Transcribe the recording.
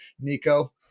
Nico